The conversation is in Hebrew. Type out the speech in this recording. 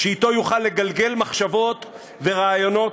שאתו יוכל לגלגל מחשבות ורעיונות,